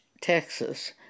Texas